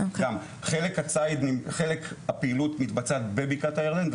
חלק מהפעילות מתבצעת בבקעת הירדן,